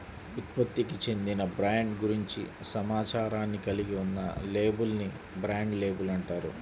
ఉత్పత్తికి చెందిన బ్రాండ్ గురించి సమాచారాన్ని కలిగి ఉన్న లేబుల్ ని బ్రాండ్ లేబుల్ అంటారు